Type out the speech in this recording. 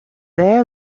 their